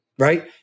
right